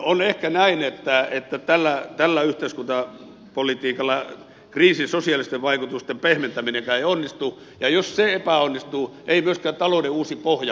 on ehkä näin että tällä yhteiskuntapolitiikalla kriisin sosiaalisten vaikutusten pehmentäminenkään ei onnistu ja jos se epäonnistuu ei myöskään talouden uusi pohja kasva